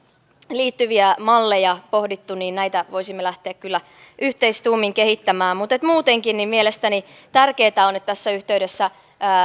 liittyviä malleja pohdittu näitä voisimme lähteä kyllä yhteistuumin kehittämään muutenkin mielestäni tärkeätä on että tässä yhteydessä